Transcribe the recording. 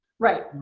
right.